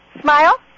Smile